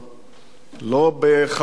לא בחבורת הפיקוד,